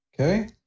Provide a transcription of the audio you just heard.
Okay